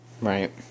Right